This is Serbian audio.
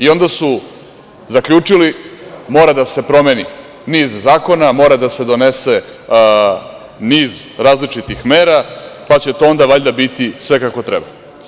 Onda su zaključili - mora da se promeni niz zakona, mora da se donese niz različitih mera, pa će to onda valjda biti sve kako treba.